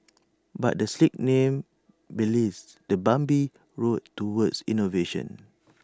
but the slick name belies the bumpy road towards innovation